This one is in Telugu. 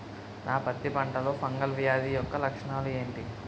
నా పత్తి పంటలో ఫంగల్ వ్యాధి యెక్క లక్షణాలు ఏంటి?